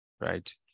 right